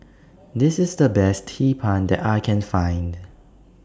This IS The Best Hee Pan that I Can Find